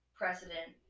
precedent